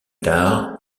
tard